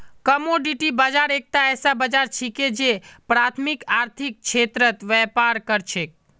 commodity बाजार एकता ऐसा बाजार छिके जे प्राथमिक आर्थिक क्षेत्रत व्यापार कर छेक